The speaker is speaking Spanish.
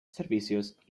servicios